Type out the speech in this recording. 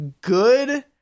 good